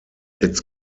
its